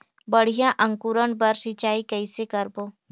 बढ़िया अंकुरण बर सिंचाई कइसे करबो?